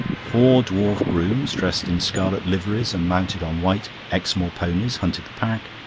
four dwarf grooms, dressed in scarlet liveries and mounted on white exmoor ponies, hunted the pack,